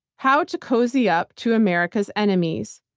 how to cozy up to america's enemies,